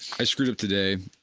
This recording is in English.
i screwed up today.